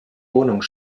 wohnung